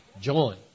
join